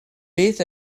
beth